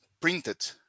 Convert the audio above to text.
printed